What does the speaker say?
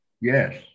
yes